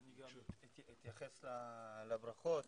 אני גם אתייחס לברכות,